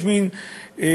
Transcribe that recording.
יש מין מלכוד,